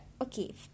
okay